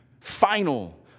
final